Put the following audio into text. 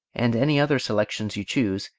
and any other selections you choose,